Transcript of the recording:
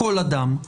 כל אדם.